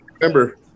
remember